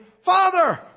Father